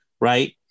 Right